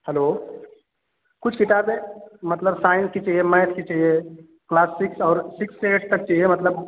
hello कुछ किताबें मतलब साइंस की चाहिए मैथ की चाहिए क्लास सिक्स और सिक्स से एट्थ तक चाहिए मतलब